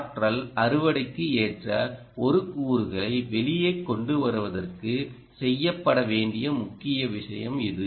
ஆற்றல் அறுவடைக்கு ஏற்ற ஒரு கூறுகளை வெளியே கொண்டு வருவதற்கு செய்யப்பட வேண்டிய முக்கிய விஷயம் இது